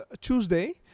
tuesday